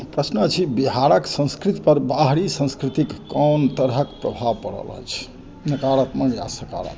प्रश्न अछि बिहारक संस्कृति पर बाहरी संस्कृतिक कोन तरहक प्रभाव पड़ल अछि नकारात्मक या सकारात्मक